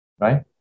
Right